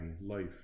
life